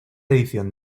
edición